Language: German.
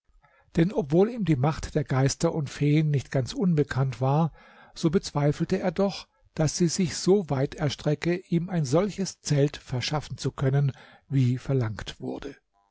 denn obwohl ihm die macht der geister und feen nicht ganz unbekannt war so bezweifelte er doch daß sie sich so weit erstrecke ihm ein solches zelt verschaffen zu können wie verlangt wurde